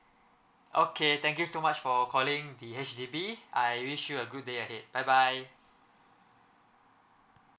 okay thank you so much for calling the H_D_B I wish you a good day ahead bye bye